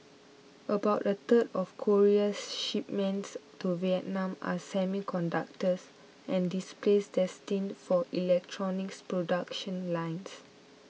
about a third of Korea's shipments to Vietnam are semiconductors and displays destined for electronics production lines